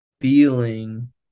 feeling